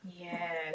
yes